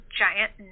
giant